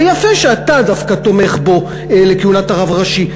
ויפה שדווקא אתה תומך בו לכהונת הרב הראשי.